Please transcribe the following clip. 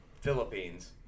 Philippines